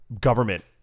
government